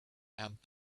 and